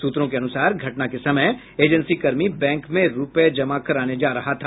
सूत्रों के अनुसार घटना के समय एजेंसी कर्मी बैंक में रूपये जमा कराने जा रहा था